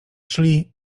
szli